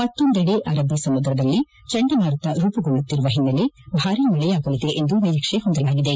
ಮತ್ತೊಂದೆಡೆ ಅರಭ್ಲಿಸಮುದ್ರದಲ್ಲಿ ಜಂಡಮಾರುತ ರೂಮಗೊಳ್ಳುತ್ತಿರುವ ಹಿನ್ನೆಲೆ ಭಾರಿ ಮಳೆಯಾಗಲಿದೆ ಎಂದು ನಿರೀಕ್ಷೆ ಹೊಂದಲಾಗಿದೆ